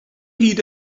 hyd